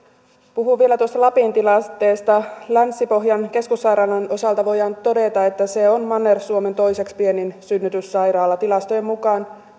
puhun vielä tuosta lapin tilanteesta länsi pohjan keskussairaalan osalta voidaan todeta että se on manner suomen toiseksi pienin synnytyssairaala tilastojen mukaan